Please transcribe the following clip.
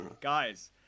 Guys